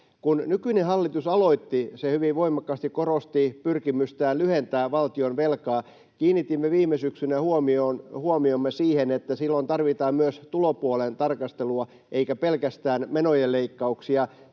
Kun nykyinen hallitus aloitti, se hyvin voimakkaasti korosti pyrkimystään lyhentää valtionvelkaa. Kiinnitimme viime syksynä huomiomme siihen, että silloin tarvitaan myös tulopuolen tarkastelua eikä pelkästään menojen leikkauksia,